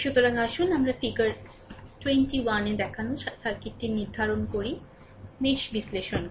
সুতরাং আসুন আমরা ফিগার 21 এ দেখানো সার্কিটটি নির্ধারণ করি মেশ বিশ্লেষণ ব্যবহার করে